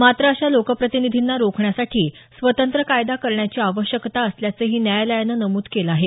मात्र अशा लोकप्रतिनिधींना रोखण्यासाठी स्वतंत्र कायदा करण्याची आवश्यकता असल्याचंही न्यायालयानं नमूद केलं आहे